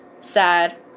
sad